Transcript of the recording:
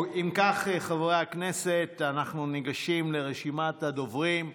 אם כך, חברי הכנסת, אנחנו ניגשים לרשימת הדוברים.